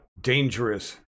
dangerous